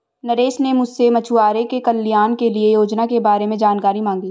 नरेश ने मुझसे मछुआरों के कल्याण के लिए योजना के बारे में जानकारी मांगी